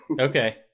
Okay